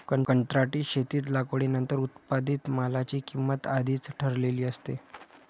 कंत्राटी शेतीत लागवडीनंतर उत्पादित मालाची किंमत आधीच ठरलेली असते